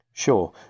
Sure